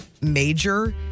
major